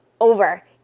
over